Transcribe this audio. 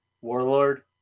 Warlord